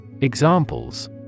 Examples